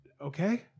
okay